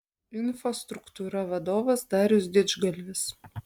infostruktūra vadovas darius didžgalvis